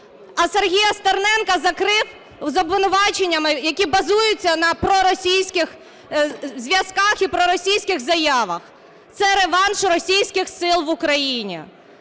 а Сергія Стерненка закрив з обвинуваченнями, які базуються на проросійських зв'язках і проросійських заявах. Це реванш російських сил в Україні.